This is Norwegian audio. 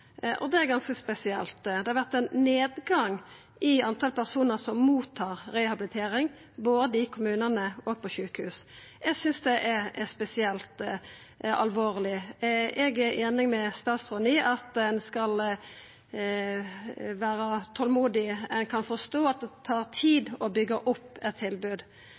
reduksjon. Det er ganske spesielt. Det har vore ein nedgang i talet på personar som mottar rehabilitering, både i kommunane og på sjukehus. Eg synest det er spesielt alvorleg. Eg er einig med statsråden i at ein skal vera tolmodig. Eg kan forstå det tar tid å byggja opp eit tilbod,